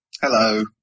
Hello